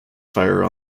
fire